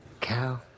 cow